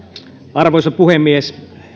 arvoisa puhemies